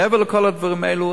מעבר לכל הדברים האלו,